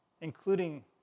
including